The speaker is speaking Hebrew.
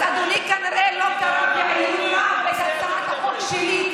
אז אדוני כנראה לא קרא בעיון רב את הצעת החוק שלי,